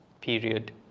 period